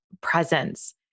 presence